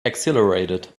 exhilarated